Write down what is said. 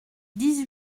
dix